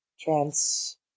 trans